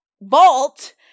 vault